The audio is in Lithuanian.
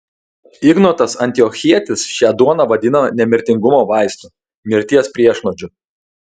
ignotas antiochietis šią duoną vadina nemirtingumo vaistu mirties priešnuodžiu